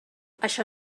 això